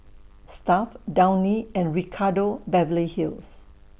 Stuff'd Downy and Ricardo Beverly Hills